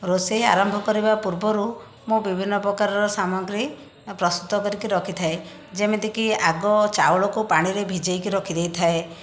ରୋଷେଇ ଆରମ୍ଭ କରିବା ପୁର୍ବରୁ ମୁଁ ବିଭିନ୍ନ ପ୍ରକାରର ସାମଗ୍ରୀ ପ୍ରସ୍ତୁତ କରିକି ରଖିଥାଏ ଯେମିତିକି ଆଗ ଚାଉଳକୁ ପାଣିରେ ଭିଜେଇକି ରଖିଦେଇଥାଏ